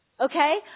okay